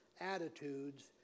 attitudes